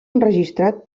enregistrat